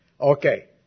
Okay